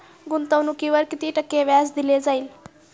गुंतवणुकीवर किती टक्के व्याज दिले जाईल?